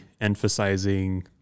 emphasizing